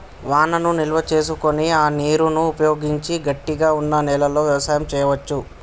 వానను నిల్వ చేసుకొని ఆ నీరును ఉపయోగించి గట్టిగ వున్నా నెలలో వ్యవసాయం చెయ్యవచు